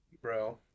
bro